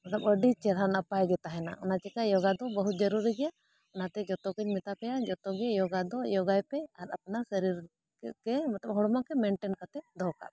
ᱢᱚᱛᱞᱚᱵᱽ ᱟᱹᱰᱤ ᱪᱮᱨᱦᱟ ᱱᱟᱯᱟᱭ ᱜᱮ ᱛᱟᱦᱮᱱᱟ ᱚᱱᱟ ᱪᱤᱠᱟᱹ ᱭᱳᱜᱟ ᱫᱚ ᱵᱚᱦᱩᱛ ᱡᱟᱹᱨᱩᱲᱤ ᱜᱮᱭᱟ ᱚᱱᱟᱛᱮ ᱡᱚᱛᱚ ᱜᱮᱧ ᱢᱮᱛᱟ ᱯᱮᱭᱟ ᱡᱚᱛᱚᱜᱮ ᱭᱳᱜᱟ ᱫᱚ ᱭᱳᱜᱟᱭ ᱯᱮ ᱟᱨ ᱟᱯᱱᱟᱨ ᱥᱟᱹᱨᱤᱨᱮ ᱠᱮ ᱢᱚᱛᱞᱚᱵᱽ ᱦᱚᱲᱢᱚ ᱠᱮ ᱢᱮᱱᱴᱮᱱ ᱠᱟᱛᱮᱫ ᱫᱚᱦᱚ ᱠᱟᱜ ᱢᱮ